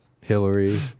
Hillary